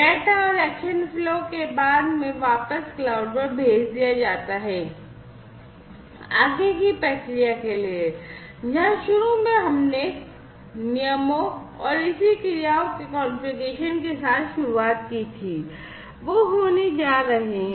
data और action flow को बाद में वापस क्लाउड पर भेज दिया जाता है आगे की प्रक्रिया के लिए जहां शुरू में हमने नियमों और इसी क्रियाओं के कॉन्फ़िगरेशन के साथ शुरुआत की थी वो होने जा रहे हैं